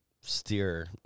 steer